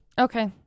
Okay